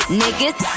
niggas